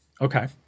Okay